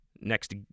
next